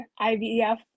IVF